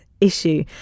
issue